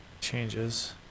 changes